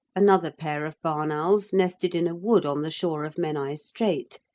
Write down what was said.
another pair of barn owls nested in a wood on the shore of menai strait,